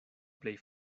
plej